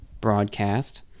broadcast